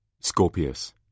Scorpius